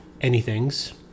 anythings